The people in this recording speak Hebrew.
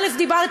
א.